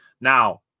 Now